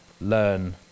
learn